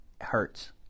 hurts